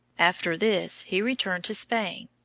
after this he returned to spain.